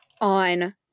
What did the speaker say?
on